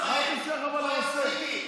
אבל מה זה שייך לנושא?